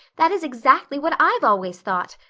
that is exactly what i've always thought.